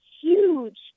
huge